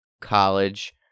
college